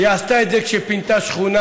היא עשתה את זה כשפינתה שכונה